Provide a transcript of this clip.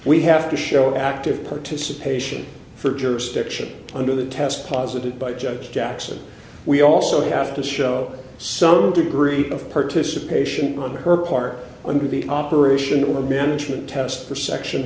we have to show active participation for jurisdiction under that test positive by judge jackson we also have to show some degree of participation on her part under the operational and management test for section